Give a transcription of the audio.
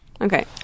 Okay